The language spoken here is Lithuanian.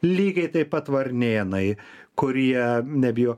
lygiai taip pat varnėnai kurie nebijo